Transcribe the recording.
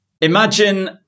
Imagine